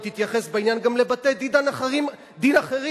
אם תתייחס בעניין גם לבתי-דין אחרים דתיים,